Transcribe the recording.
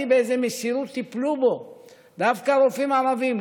באיזו מסירות טיפלו בו דווקא רופאים ערבים,